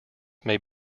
may